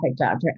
doctor